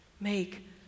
Make